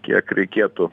kiek reikėtų